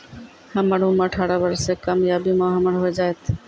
हमर उम्र अठारह वर्ष से कम या बीमा हमर हो जायत?